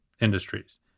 industries